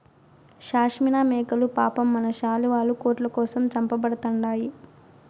షాస్మినా మేకలు పాపం మన శాలువాలు, కోట్ల కోసం చంపబడతండాయి